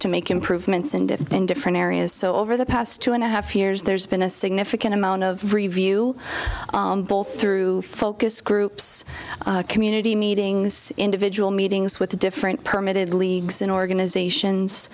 to make improvements in different in different areas so over the past two and a half years there's been a significant amount of review both through focus groups community meetings individual meetings with the different permitted leagues in organizations